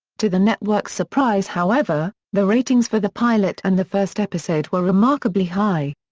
to the network's surprise however, the ratings for the pilot and the first episode were remarkably high.